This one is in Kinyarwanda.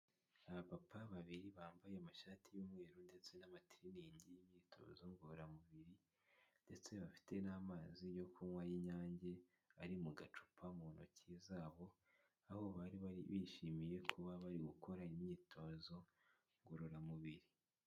Abapapa babiri bambaye amashati y'umweru ndetse n'amatiriningi y'imyitozo ngororamubiri ndetse bafite n'amazi yo kunywa y'Inyange ari mu gacupa mu ntoki za bo aho bari bari bishimiye kuba bari gukora imyitozo ngororamubiri.